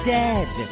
dead